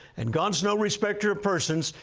and god's no respecter of persons.